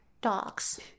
dogs